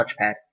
touchpad